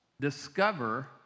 discover